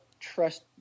trust